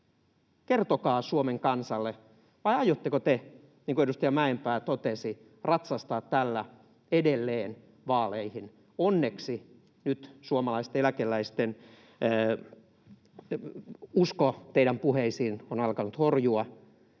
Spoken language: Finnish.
Kertokaa Suomen kansalle. Vai aiotteko te, niin kuin edustaja Mäenpää totesi, ratsastaa tällä edelleen vaaleihin? Onneksi nyt suomalaisten eläkeläisten usko teidän puheisiinne on alkanut horjua.